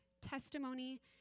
testimony